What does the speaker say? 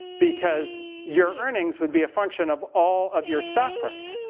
because your earnings would be a function of all of your stock price.